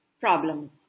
problems